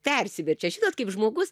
persiverčia žinot kaip žmogus